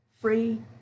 free